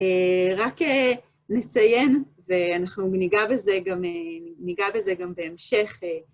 רק נציין, ואנחנו ניגע בזה גם בהמשך.